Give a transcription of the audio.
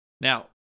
Now